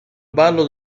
ballo